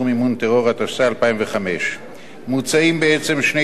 התשס"ה 2005. מוצעים בעצם שני תיקונים לחוק.